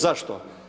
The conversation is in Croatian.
Zašto?